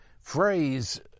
phrase